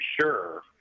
sure